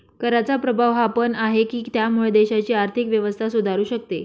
कराचा प्रभाव हा पण आहे, की त्यामुळे देशाची आर्थिक व्यवस्था सुधारू शकते